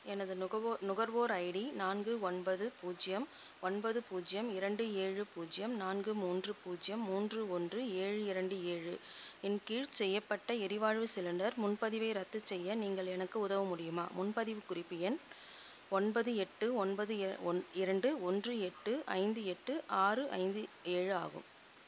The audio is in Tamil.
எனது நுகவோ நுகர்வோர் ஐடி நான்கு ஒன்பது பூஜ்யம் ஒன்பது பூஜ்யம் இரண்டு ஏழு பூஜ்யம் நான்கு மூன்று பூஜ்யம் மூன்று ஒன்று ஏழு இரண்டு ஏழு இன் கீழ் செய்யப்பட்ட எரிவாயு சிலிண்டர் முன்பதிவை ரத்து செய்ய நீங்கள் எனக்கு உதவ முடியுமா முன்பதிவு குறிப்பு எண் ஒன்பது எட்டு ஒன்பது இர ஒன் இரண்டு ஒன்று எட்டு ஐந்து எட்டு ஆறு ஐந்து ஏழு ஆகும்